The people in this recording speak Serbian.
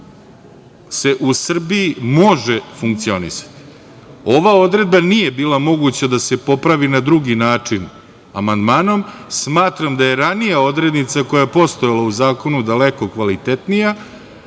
se u Srbiji može funkcionisati. Ova odredba nije bila moguća da se popravi na drugi način amandmanom. Smatram da je ranija odrednica koja je postojala u zakonu daleko kvalitetnija,